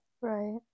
Right